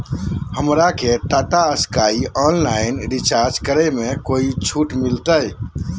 हमरा के Tata Sky online recharge करे में कोई छूट मिलतई